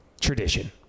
tradition